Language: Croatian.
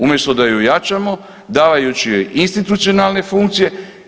Umjesto da ju jačamo davajući joj institucionalne funkcije.